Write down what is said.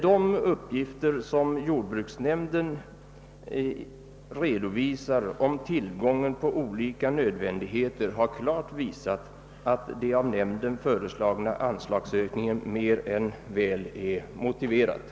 De uppgifter som jordbruksnämnden redovisar avseende den bristande tillgången på olika förnödenheter har klart visat att den av nämnden föreslagna anslagsökningen är mer än väl motiverad.